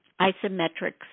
isometrics